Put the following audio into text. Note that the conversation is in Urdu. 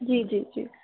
جی جی جی